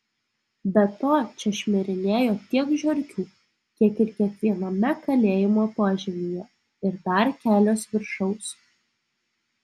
be to čia šmirinėjo tiek žiurkių kiek ir kiekviename kalėjimo požemyje ir dar kelios viršaus